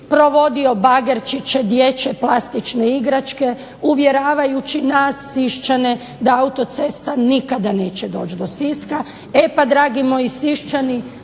provodio bagerčiće dječje, plastične igračke, uvjeravajući nas Siščane da autocesta nikada neće doći do Siska. E pa dragi moji Siščani,